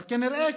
אבל כנראה,